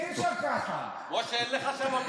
משה, אין לך שם מיקרופון.